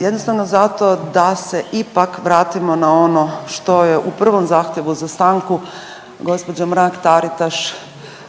jednostavno zato da se ipak vratimo na ono što je u prvom zahtjevu za stanku gđa Mrak-Taritaš